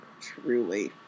Truly